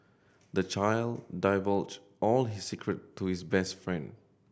the child divulged all his secret to his best friend